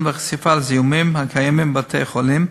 והחשיפה לזיהומים הקיימים בבתי-החולים,